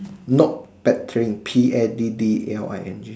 no paddling P A D D L I N G